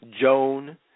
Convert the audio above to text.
Joan